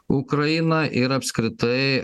ukraina ir apskritai